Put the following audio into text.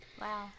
wow